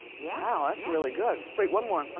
yeah. wow, that's really good. wait, one more,